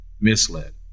misled